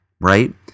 Right